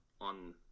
on